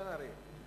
חבר הכנסת בן-ארי.